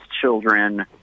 children